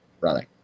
running